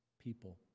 people